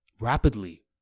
rapidly